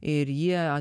ir jie